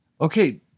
Okay